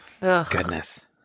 Goodness